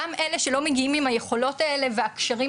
גם אלה שלא מגיעים עם היכולות האלה והכשרים